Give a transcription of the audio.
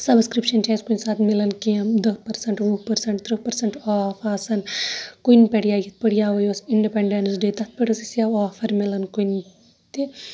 یا سَبَسکرِپشَن چھِ اَسہِ کُنہِ ساتہٕ مِلان کیٚنٛہہ دہ پٔرسَنٹ وُہ پٔرسَنٹ ترٕٛہ پٔرسَنٹ آف آسان کُنہِ پٮ۪ٹھ یا یِتھ پٲٹھۍ یِہوے ٲس اِنڈپٮ۪نڑینس ڈے تَتھ پٮ۪ٹھ ٲس اَسہِ یَوٕ آفر مِلان کُنہِ تہِ